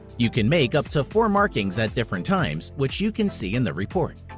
you can make up to four markings at different times which you can see in the report.